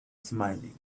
smiling